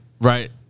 Right